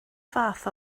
fath